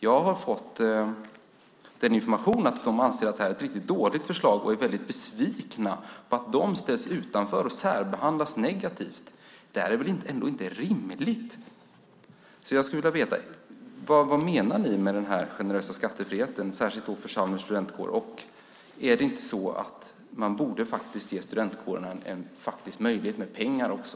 Jag har fått information om att de anser att det här är ett riktigt dåligt förslag och är besvikna på att de ställs utanför och särbehandlas negativt. Det är väl ändå inte rimligt? Jag skulle därför vilja veta vad ni menar med denna generösa skattefrihet, särskilt för Chalmers studentkår? Borde man inte ge studentkårerna en faktisk möjlighet med pengar också?